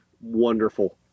wonderful